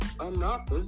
Enough